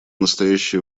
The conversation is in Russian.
настоящее